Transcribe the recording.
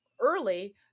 early